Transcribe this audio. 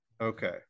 Okay